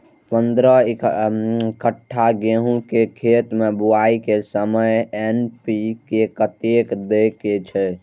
पंद्रह कट्ठा गेहूं के खेत मे बुआई के समय एन.पी.के कतेक दे के छे?